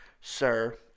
sir